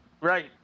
right